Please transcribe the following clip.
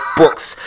books